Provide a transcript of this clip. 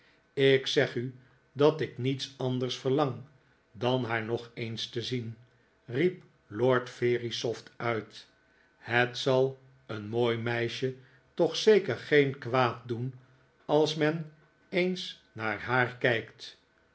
ik zeg u dat ik niets anders verlang dan haar nog eens te zien riep lord verisopht uit het zal een mooi meisje toch zeker geen kwaad doen als men eens naar haar kijkt